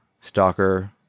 Stalker